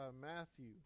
Matthew